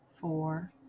four